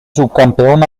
subcampeón